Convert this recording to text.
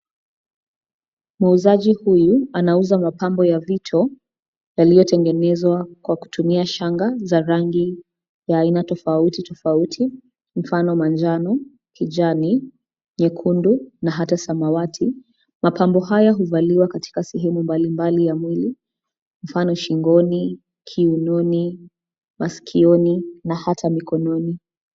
Muuzaji huyu anauza mapambo ya vito yaliyotengenezwa kwa kutumia shanga za rangi ya aina tofauti tofauti; mfano manjano, kijani, nyekundu na hata samawati. Mapambo haya huvaliwa katika sehemu mbalimbali ya mwili mfano: shingoni, kiunoni, masikioni na hata mikononi.